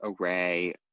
array